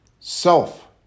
Self